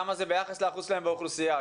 כמה זה ביחס לאחוז שלהם באוכלוסייה.